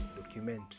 document